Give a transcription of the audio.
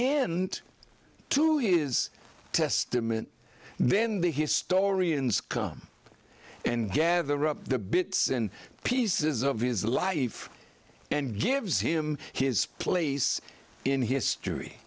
end to his testament then the historians come and gather up the bits and pieces of his life and gives him his place in history